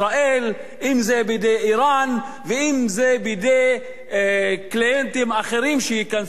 אם בידי אירן ואם בידי קליינטים אחרים שייכנסו למעגל הזה.